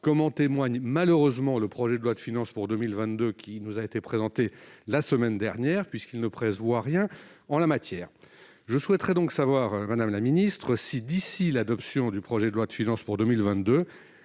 comme en témoigne, malheureusement, le projet de loi de finances pour 2022, qui nous a été présenté la semaine dernière, puisque ce texte ne prévoit rien en la matière. Je souhaiterais donc savoir, madame la ministre, si, d'ici à l'adoption du projet de loi de finances pour 2022,